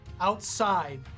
Outside